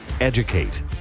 educate